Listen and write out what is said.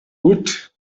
woot